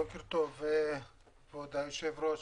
בוקר טוב כבוד היושב ראש.